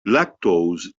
lactose